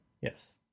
Yes